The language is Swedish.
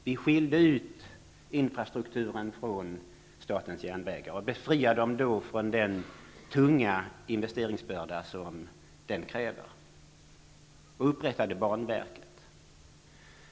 Vi skilde ut infrastrukturen från statens järnvägar, befriade dem från den tunga investeringsbörda som den kräver, och inrättade banverket.